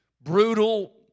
brutal